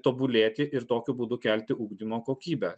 tobulėti ir tokiu būdu kelti ugdymo kokybę